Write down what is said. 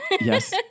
Yes